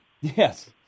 Yes